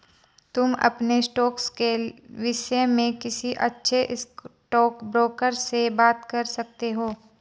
तुम अपने स्टॉक्स के विष्य में किसी अच्छे स्टॉकब्रोकर से बात कर सकते हो